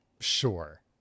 Sure